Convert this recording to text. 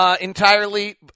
entirely